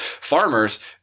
farmers